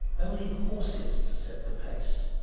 only horses to set the pace.